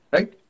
Right